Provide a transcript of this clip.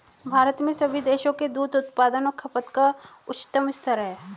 भारत में सभी देशों के दूध उत्पादन और खपत का उच्चतम स्तर है